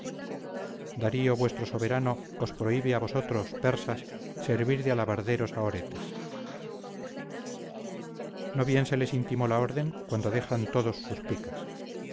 darío vuestro soberano os prohibe a vosotros persas servir de alabarderos a oretes no bien se les intimó la orden cuando dejan todos sus picas